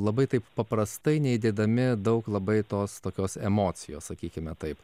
labai taip paprastai neįdėdami daug labai tos tokios emocijos sakykime taip